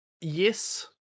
yes